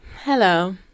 Hello